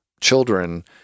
children